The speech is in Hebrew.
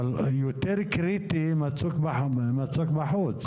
אבל יותר קריטי מצוק בחוץ.